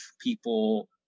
people